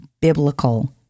biblical